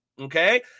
okay